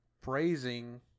praising